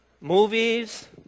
movies